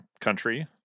country